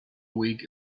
week